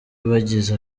bagize